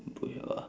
bush uh